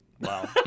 Wow